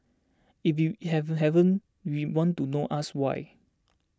if you it hasn't has then we want to know ask why